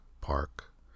park